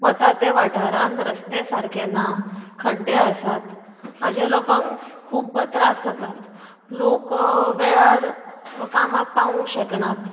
वता त्या वाठारांत रस्ते सारकें ना खड्डे आसात हाजे लोकांक खूब्ब त्रास जातात लोक वेळार कामाक पावोंक शकनात